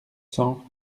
cents